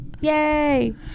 Yay